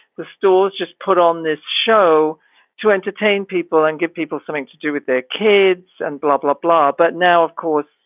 the stores just put on this show to entertain people and give people something to do with their kids and blah, blah, blah. but now, of course,